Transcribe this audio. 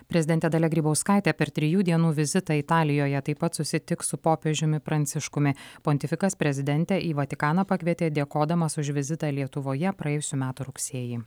prezidentė dalia grybauskaitė per trijų dienų vizitą italijoje taip pat susitiks su popiežiumi pranciškumi pontifikas prezidentę į vatikaną pakvietė dėkodamas už vizitą lietuvoje praėjusių metų rugsėjį